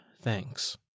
thanks